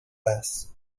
paz